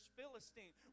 Philistine